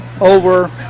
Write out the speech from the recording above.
over